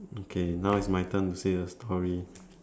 okay now it's my turn to say a story